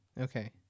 Okay